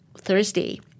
Thursday